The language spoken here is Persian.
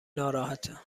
ناراحته